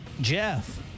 Jeff